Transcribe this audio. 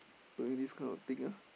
doing this kind of thing ah